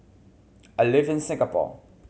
I live in Singapore